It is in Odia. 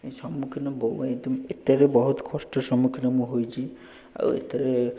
ଏଇ ସମ୍ମୁଖୀନ ଏତେରେ ବହୁତ କଷ୍ଟ ସମ୍ମୁଖୀନ ମୁଁ ହୋଇଛି ଆଉ ଏଥିରେ